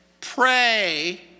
pray